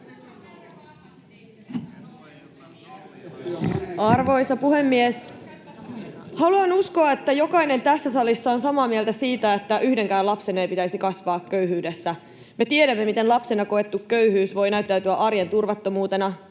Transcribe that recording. Arvoisa puhemies! Haluan uskoa, että jokainen tässä salissa on samaa mieltä siitä, että yhdenkään lapsen ei pitäisi kasvaa köyhyydessä. Me tiedämme, miten lapsena koettu köyhyys voi näyttäytyä arjen turvattomuutena,